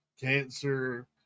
cancer